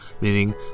meaning